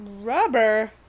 Rubber